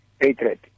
hatred